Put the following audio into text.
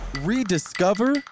rediscover